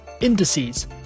Indices